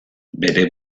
bere